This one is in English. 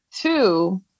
two